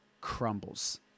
crumbles